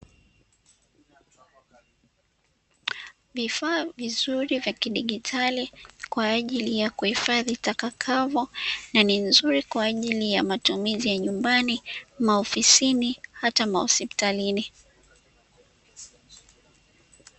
Vifaa vizuri vya kidigitali kwa ajili ya kuhifadhi taka kavu na ni nzuri kwa ajili ya matumizi ya nyumbani, maofisini hata mahospitalini.